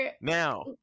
Now